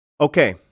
okay